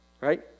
Right